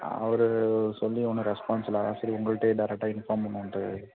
அவர் சொல்லி ஒன்றும் ரெஸ்பான்ஸ் இல்லை அதான் சரி உங்கள்கிட்டையே டேரெக்டாக இன்ஃபார்ம் பண்ணலான்ட்டு